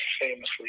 famously